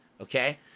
Okay